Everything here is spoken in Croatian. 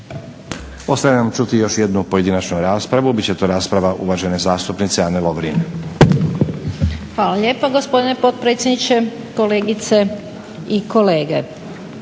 Ostaje nam čuti još jednu pojedinačnu raspravu. Bit će to rasprava uvažene zastupnice Ane Lovrin. **Lovrin, Ana (HDZ)** Hvala lijepa gospodine potpredsjedniče. Kolegice i kolege.